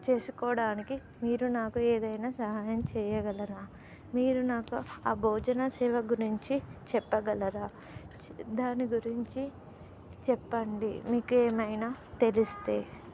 చేసుకోవడానికి మీరు నాకు ఏదైనా సహాయం చెయ్యగలరా మీరు నాకు ఆ భోజన సేవ గురించి చెప్పగలరా దాని గురించి చెప్పండి మీకు ఏమైనా తెలిస్తే